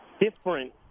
different